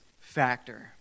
factor